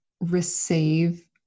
receive